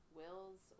wills